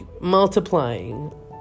multiplying